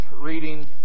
reading